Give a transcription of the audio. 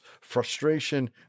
frustration